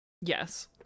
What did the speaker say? Yes